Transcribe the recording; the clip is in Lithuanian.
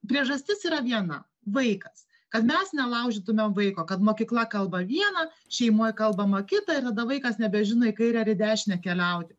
priežastis yra viena vaikas kad mes nelaužytumėm vaiko kad mokykla kalba viena šeimoj kalbama kita ir tada vaikas nebežino į kairęar į dešinę keliauti